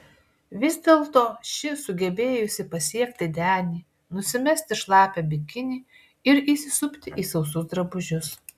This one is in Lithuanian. vis dėlto ši sugebėjusi pasiekti denį nusimesti šlapią bikinį ir įsisupti į sausus drabužius